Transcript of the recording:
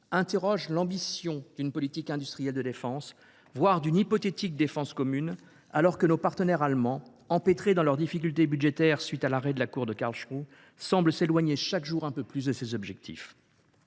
largement, l’ambition d’une politique industrielle de défense, voire d’une hypothétique défense commune, alors que nos partenaires allemands, empêtrés dans leurs difficultés budgétaires à la suite de l’arrêt de la cour de Karlsruhe, semblent s’éloigner chaque jour un peu plus de ces objectifs.